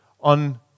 on